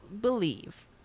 believe